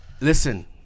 Listen